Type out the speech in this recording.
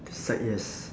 the side yes